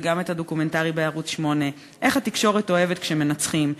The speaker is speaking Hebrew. וגם את הדוקומנטרי בערוץ 8. איך התקשורת אוהבת כשמנצחים,